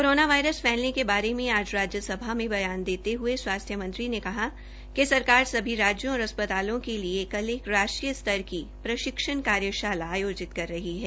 corona virus के बारे में आज राज्यसभा में बयान देते हुये स्वास्थ्य मंत्री ने कहा कि सरकार सभी राज्यों और अस्पतालों के लिए कल एक राष्ट्रीय स्तर की प्रशिक्षण कार्यशाला आयोजित कर रही है